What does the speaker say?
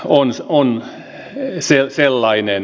tämä on sellainen